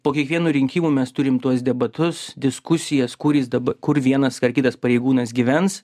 po kiekvienų rinkimų mes turim tuos debatus diskusijas kur jis daba kur vienas ar kitas pareigūnas gyvens